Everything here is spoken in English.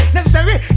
Necessary